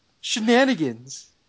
Shenanigans